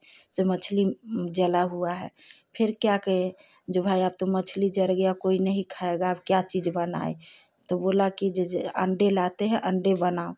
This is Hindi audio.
से मछली जला हुआ है फिर क्या किए जो भाई अब तो मछली जल गया कोई नहीं खाएगा अब क्या चीज़ बनाए तो बोला कि जो जो अंडे लाते हैं अंडे बनाओ